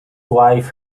wife